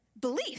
belief